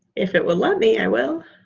if it will let me, i will.